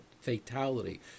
fatality